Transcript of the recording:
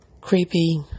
creepy